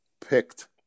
picked